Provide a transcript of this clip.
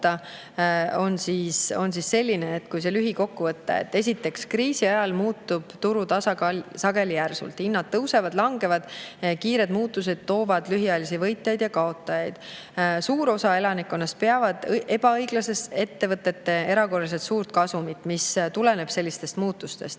on selline – see on lühikokkuvõte. Esiteks, kriisi ajal muutub turu tasakaal sageli järsult, hinnad tõusevad-langevad, kiired muutused toovad lühiajalisi võitjaid ja kaotajaid. Suur osa elanikkonnast peab ebaõiglaseks ettevõtete erakorraliselt suurt kasumit, mis tuleneb sellistest muutustest.